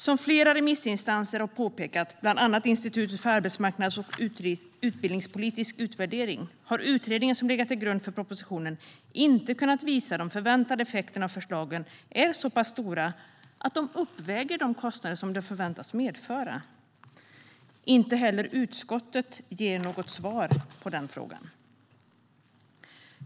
Som flera remissinstanser har påpekat, bland andra Institutet för arbetsmarknads och utbildningspolitisk utvärdering, har den utredning som legat till grund för propositionen inte kunnat visa att de förväntade effekterna av förslagen är så pass stora att de uppväger de kostnader som de förväntas medföra. Inte heller utskottet ger något svar på den frågan.